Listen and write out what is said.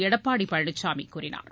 எடப்பாடி பழனிசாமி கூறினார்